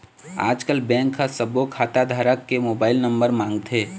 आजकल बेंक ह सब्बो खाता धारक के मोबाईल नंबर मांगथे